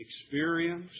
Experience